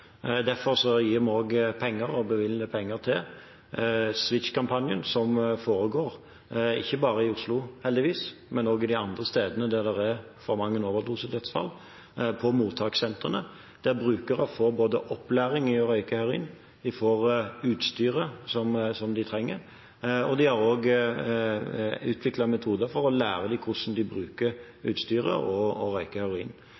vi penger til Switch-kampanjen, som foregår ikke bare i Oslo – heldigvis – men også de andre stedene der det er for mange overdosedødsfall, på mottakssentrene, der brukere får opplæring i å røyke heroin, de får utstyret som de trenger, og en har også utviklet metoder for å lære dem hvordan de bruker utstyret når de røyker heroin. Så det er et arbeid som er viktig, og